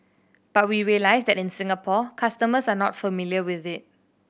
but we realise that in Singapore customers are not familiar with it